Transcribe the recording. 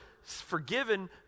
forgiven